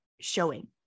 showing